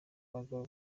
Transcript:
abagabo